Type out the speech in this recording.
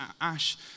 Ash